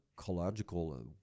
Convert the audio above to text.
ecological